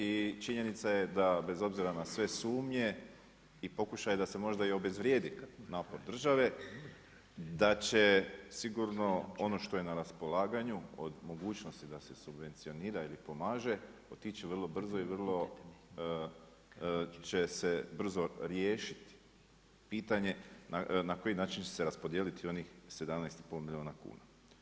I činjenica je da bez obzira na sve sumnje i pokušaje da se možda i obezvrijedi napor države, da će sigurno ono što je na raspolaganju od mogućnosti da se subvencionira ili pomaže otići vrlo brzo i vrlo će se brzo riješiti pitanje na koji način će se raspodijeliti onih 17 i pol milijuna kuna.